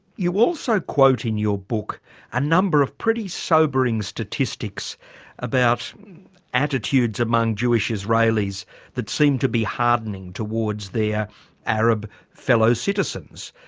you also quote in your book a number of pretty sobering statistics about attitudes among jewish israelis that seem to be hardening towards their arab fellow citizens.